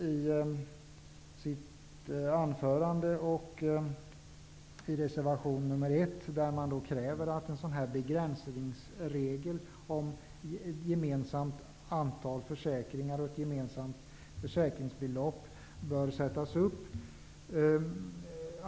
I reservation nr 1 kräver man att en begränsningsregel gällande gemensamt antal försäkringar och gemensamt försäkringsbelopp skall sättas upp.